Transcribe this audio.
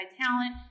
talent